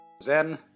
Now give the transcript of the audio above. Zen